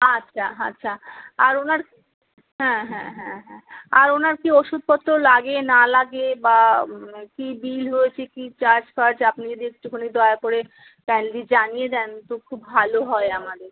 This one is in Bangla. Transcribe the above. আচ্ছা আচ্ছা আর ওনার হ্যাঁ হ্যাঁ হ্যাঁ হ্যাঁ আর ওনার কী ওষুধপত্র লাগে না লাগে বা কী বিল হয়েছে কী চার্জ ফার্জ আপনি যদি একটুখানি দয়া করে কাইন্ডলি জানিয়ে দেন তো খুব ভালো হয় আমাদের